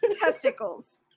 testicles